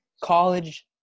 college